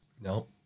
No